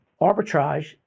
arbitrage